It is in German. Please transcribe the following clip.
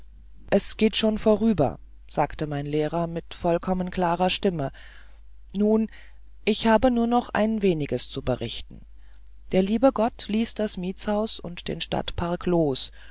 es geht schon vorüber sagte mein lehrer mit vollkommen klarer stimme nun ich habe nur noch ein weniges zu berichten der liebe gott ließ das mietshaus und den stadtpark los